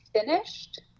finished